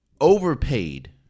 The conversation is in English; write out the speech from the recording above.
overpaid